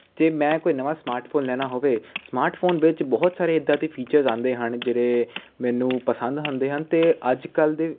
ਜੇ ਮੈਂ ਕੋਈ ਨਵਾਂ ਸਮਾਰਟਫਾਨ ਲੈਣਾ ਹੋਵੇ ਸਮਾਰਟਫੋਨ ਵਿੱਚ ਬਹੁਤ ਸਾਰੇ ਇੱਦਾਂ ਦੀ ਫੀਚਰ ਆਉਂਦੇ ਹਨ ਜਿਹੜੇ ਮੈਨੂੰ ਪਸੰਦ ਹੁੰਦੇ ਹਨ ਅਤੇ ਅੱਜ ਕੱਲ੍ਹ ਦੇ